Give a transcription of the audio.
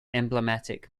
emblematic